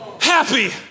happy